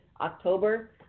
October